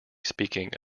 speaking